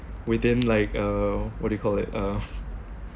within like uh what do you call it uh